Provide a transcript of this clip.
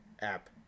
app